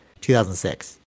2006